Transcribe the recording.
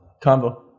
combo